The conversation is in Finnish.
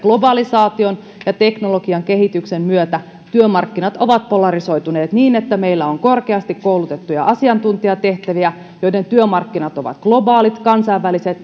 globalisaation ja teknologian kehityksen myötä työmarkkinat ovat polarisoituneet niin että meillä on korkeasti koulutettuja asiantuntijatehtäviä joiden työmarkkinat ovat globaalit kansainväliset